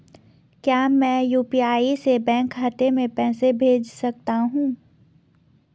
क्या मैं यु.पी.आई से बैंक खाते में पैसे भेज सकता हूँ?